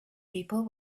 people